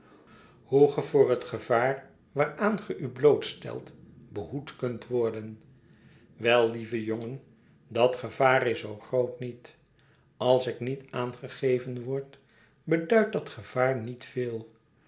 ge voor het gevaar waaraan ge tf blootstelt behoed kunt worden wel lieve jongen dat gevaar is zoo groot niet als ik niet aangegeven word beduidt dat gevaar niet veel